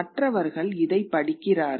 மற்றவர்கள் இதைப் படிக்கிறார்கள்